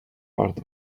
part